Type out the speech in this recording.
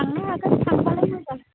थांनो हागोन थांबालाय मोजां